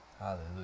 Hallelujah